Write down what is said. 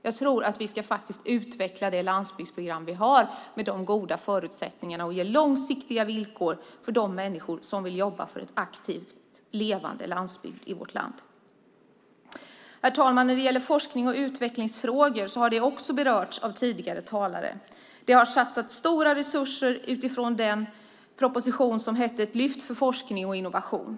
Jag tror att vi faktiskt ska utveckla det landsbygdsprogram vi har, med de goda förutsättningar som finns, och ge långsiktiga villkor för de människor som vill jobba aktivt för en levande landsbygd i vårt land. Herr talman! Forsknings och utvecklingsfrågorna har berörts av tidigare talare. Det har satsats stora resurser utifrån propositionen Ett lyft för forskning och innovation .